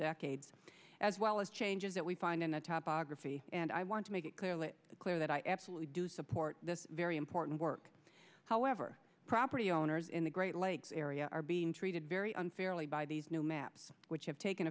decades as well as changes that we find in a top dog or a fee and i want to make it clearly clear that i absolutely do support this very important work however property owners in the great lakes area are being treated very unfairly by these new maps which have taken